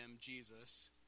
jesus